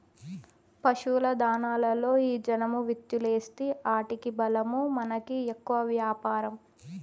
పశుల దాణాలలో ఈ జనుము విత్తూలేస్తీ ఆటికి బలమూ మనకి ఎక్కువ వ్యాపారం